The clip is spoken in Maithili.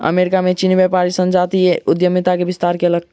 अमेरिका में चीनी व्यापारी संजातीय उद्यमिता के विस्तार कयलक